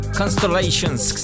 constellations